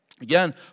again